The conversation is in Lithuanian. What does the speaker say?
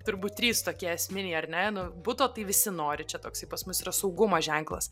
turbūt trys tokie esminiai ar ne nu buto tai visi nori čia toksai pas mus yra saugumo ženklas